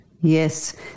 Yes